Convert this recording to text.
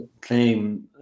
claim